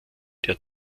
der